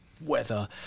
weather